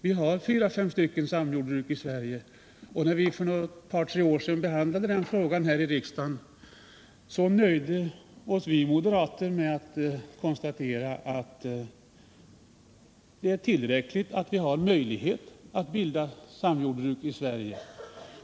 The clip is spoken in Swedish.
Vi har fyra, fem samjordbruk i Sverige nu, och när vi för ett par, tre år sedan behandlade den frågan här i riksdagen nöjde vi moderater oss med att konstatera att det är tillräckligt att det finns möjlighet att bi!da samjordbruk i Sverige.